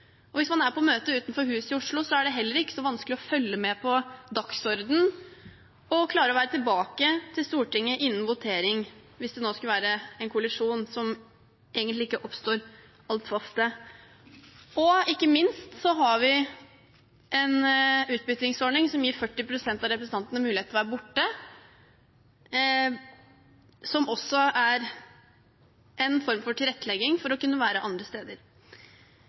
oss. Hvis man er på møte utenfor huset i Oslo et sted, er det heller ikke så vanskelig å følge med på dagsordenen og klare å være tilbake på Stortinget innen voteringen, hvis det skulle være en kollisjon, noe som egentlig ikke oppstår så altfor ofte. Og ikke minst har vi en utbyttingsordning, som gir 40 pst. av representantene mulighet til å være borte, som også er en form for tilrettelegging for å kunne være andre steder.